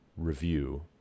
review